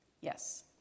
Yes